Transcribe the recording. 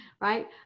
right